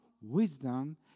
wisdom